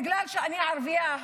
בגלל שאני ערבייה,